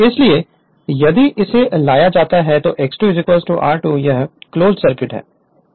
Refer Slide Time 3235 इसलिए यदि इसे लाया जाता है तो X 2 और r2' यह क्लोज्ड सर्किट है